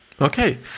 Okay